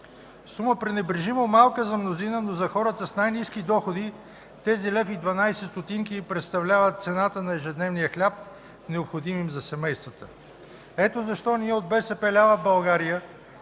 Сума, пренебрежимо малка за мнозина, но за хората с най-ниски доходи тези лев и дванадесет стотинки представляват цената на ежедневния хляб, необходим за семействата им. Ето защо ние от БСП лява България